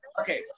Okay